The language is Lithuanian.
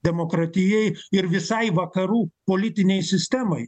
demokratijai ir visai vakarų politinei sistemai